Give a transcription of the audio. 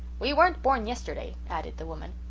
we weren't born yesterday, added the woman.